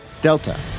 Delta